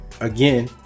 Again